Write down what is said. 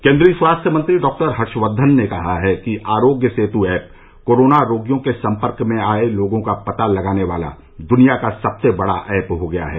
केन्द्रीय स्वास्थ्य मंत्री डॉक्टर हर्षवर्धन ने कहा कि आरोग्य सेतु ऐप कोरोना रोगियों के संपर्क में आए लोगों का पता लगाने वाला द्निया का सबसे बडा ऐप हो गया है